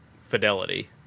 Fidelity